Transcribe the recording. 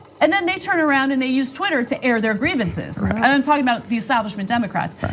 and then they turn around and they use twitter to air their grievances. and i'm talking about the establishment democrats.